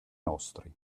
nostri